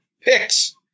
picks